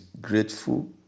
grateful